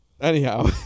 Anyhow